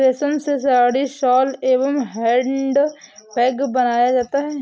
रेश्म से साड़ी, शॉल एंव हैंड बैग बनाया जाता है